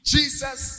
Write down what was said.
Jesus